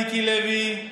מיקי לוי,